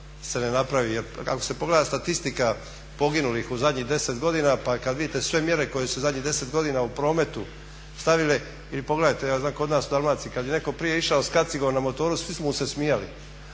se ne napravi jer ako se pogleda statistika poginulih u zadnjih 10 godina pa kada vidite sve mjere koje su se u zadnjih 10 godina u prometu stavile ili pogledajte ja znam kod nas u Dalmaciji kada je netko prije išao s kacigom na motoru svi su mu se smijali,